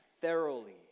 thoroughly